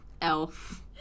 Elf